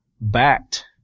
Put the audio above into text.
backed